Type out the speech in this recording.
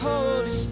Holy